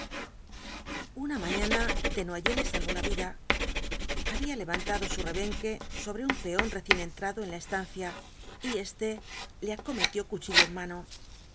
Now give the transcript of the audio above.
una mañana desnoyers le salvó la vida había levantado su rebenque sobre un peón recién entrado en la estancia y éste le acometió cuchillo en mano